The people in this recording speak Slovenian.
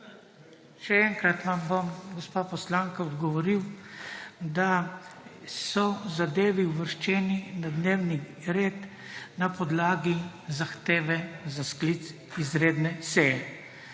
Še enkrat vam bom, gospa poslanka, odgovoril, da so zadeve uvrščene na dnevni red na podlagi zahteve za sklic izredne seje.